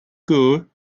good